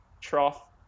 trough